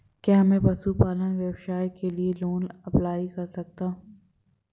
क्या मैं पशुपालन व्यवसाय के लिए लोंन अप्लाई कर सकता हूं?